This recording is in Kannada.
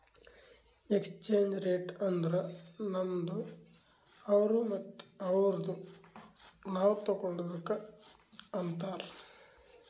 ಎಕ್ಸ್ಚೇಂಜ್ ರೇಟ್ ಅಂದುರ್ ನಮ್ದು ಅವ್ರು ಮತ್ತ ಅವ್ರುದು ನಾವ್ ತಗೊಳದುಕ್ ಅಂತಾರ್